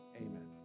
Amen